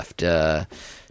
left